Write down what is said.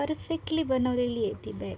perfectly बनवलेली आहे ती बॅग